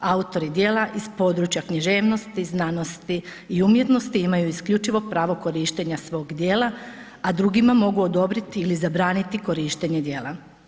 Autori djela iz područja knjiženosti, znanosti i umjetnosti imaju isključivo pravo korištenja svog djela, a drugima mogu odobriti ili zabraniti korištenje djela.